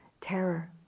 terror